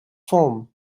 form